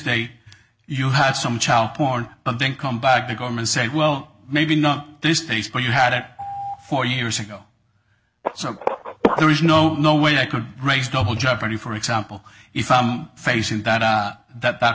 day you had some child porn but then come back the government said well maybe not this case but you had it four years ago so there is no no way i could raise double jeopardy for example if i'm facing that that that